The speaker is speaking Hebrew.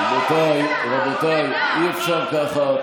תתבייש לך, גנב, רבותיי, אי-אפשר ככה.